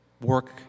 Work